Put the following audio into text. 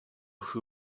who